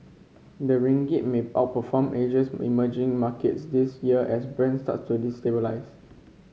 the ringgit may outperform Asia's emerging markets this year as Brent start to